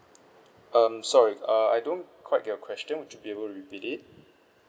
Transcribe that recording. um sorry err I don't quite your question would you be able to repeat it